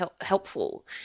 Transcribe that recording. helpful